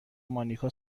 مانیکا